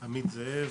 עמית זאב,